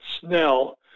Snell